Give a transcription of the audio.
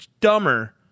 dumber